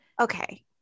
Okay